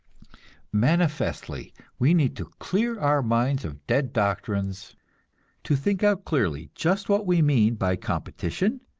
manifestly, we need to clear our minds of dead doctrines to think out clearly just what we mean by competition,